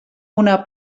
una